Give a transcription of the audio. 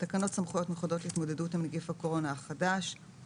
בתקנות סמכויות מיוחדות להתמודדות עם נגיף הקורונה החדש (הוראת שעה)